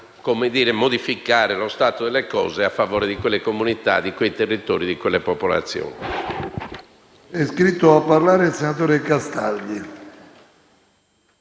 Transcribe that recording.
che sappia modificare lo stato delle cose a favore di quelle comunità, di quei territori e di quelle popolazioni.